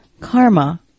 Karma